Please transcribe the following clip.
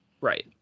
Right